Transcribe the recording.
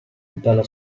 dalla